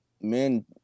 men